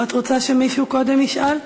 או שאת רוצה שמישהו ישאל קודם?